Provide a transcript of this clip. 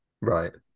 Right